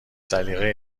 سلیقه